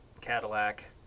Cadillac